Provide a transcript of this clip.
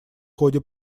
ходе